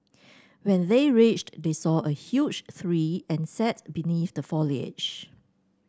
when they reached they saw a huge tree and sat beneath the foliage